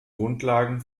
grundlagen